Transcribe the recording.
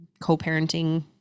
co-parenting